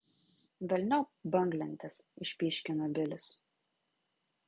velniop banglentes išpyškino bilis